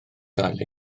gael